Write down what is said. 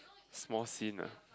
small scene lah